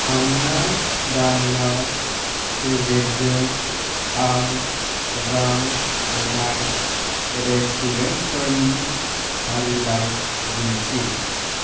थांनाय दानाव फेजेफजों आं रां होनाय रेस्टुरेन्टफोरनि फारिलाइ दिन्थि